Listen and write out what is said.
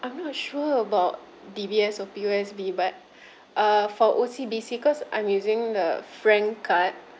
I'm not sure about D_B_S or P_O_S_B but uh for O_C_B_C because I'm using the FRANK card